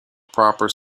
proper